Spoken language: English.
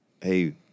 hey